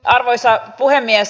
arvoisa puhemies